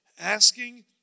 Asking